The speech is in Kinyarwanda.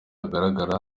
agaragara